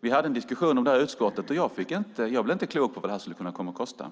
Vi hade en diskussion om det här i utskottet, och jag blev inte klok på vad det här skulle kosta.